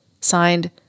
Signed